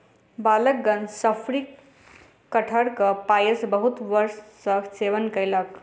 बालकगण शफरी कटहरक पायस बहुत हर्ष सॅ सेवन कयलक